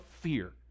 fear